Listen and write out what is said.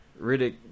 Riddick